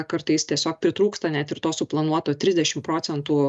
kartais tiesiog pritrūksta net ir to suplanuoto trisdešimt procentų